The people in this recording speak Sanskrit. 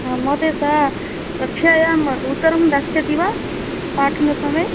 महोदये सा कक्षायाम् उत्तरं दास्यति वा पाठनसमये